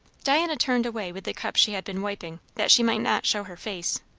diana turned away with the cups she had been wiping, that she might not show her face.